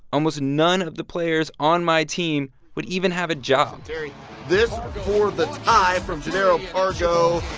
almost none of the players on my team would even have a job this for the tie from jannero pargo.